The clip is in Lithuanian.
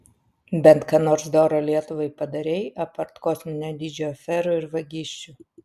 bent ką nors doro lietuvai padarei apart kosminio dydžio aferų ir vagysčių